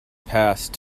passed